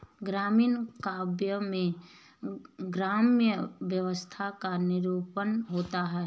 ग्रामीण काव्य में ग्राम्य व्यवस्था का निरूपण होता है